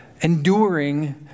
enduring